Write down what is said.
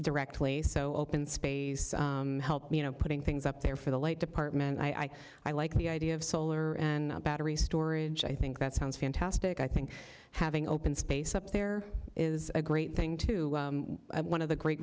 directly so open space help me you know putting things up there for the light department i i like the idea of solar and battery storage i think that sounds fantastic i think having open space up there is a great thing to one of the great